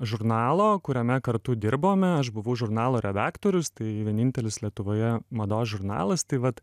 žurnalo kuriame kartu dirbome aš buvau žurnalo redaktorius tai vienintelis lietuvoje mados žurnalas tai vat